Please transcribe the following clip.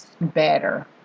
better